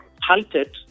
halted